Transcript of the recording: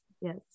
Yes